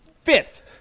fifth